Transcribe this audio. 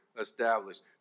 established